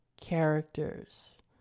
characters